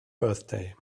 birthday